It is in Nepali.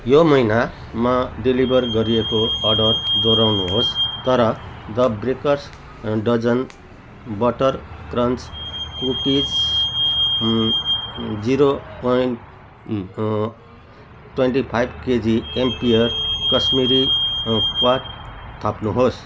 यो महिनामा डेलिभर गरिएको अर्डर दोहोऱ्याउनुहोस् तर the breakers dozen butter crunch cookies zero point twenty five kg ampere Kashmiri kahwa थप्नुहोस्